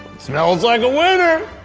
smells like a winner!